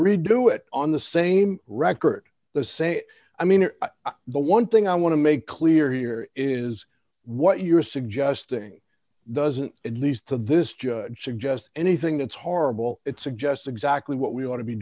redo it on the same record the say i mean the one thing i want to make clear here is what you're suggesting doesn't at least to this judge suggest anything that's horrible it suggests exactly what we ought to be